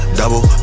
double